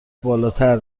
بالاتر